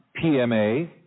PMA